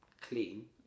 clean